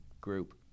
group